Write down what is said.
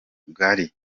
rugari